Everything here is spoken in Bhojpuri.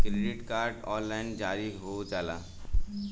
क्रेडिट कार्ड ऑनलाइन जारी हो जाला का?